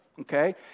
Okay